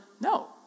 no